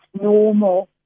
normal